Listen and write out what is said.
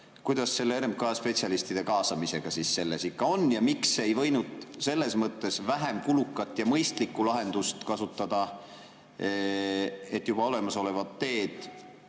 Kuidas selle RMK spetsialistide kaasamisega siis ikka on? Miks ei võinud selles mõttes vähem kulukat ja mõistlikku lahendust kasutada, et juba olemasolevat teed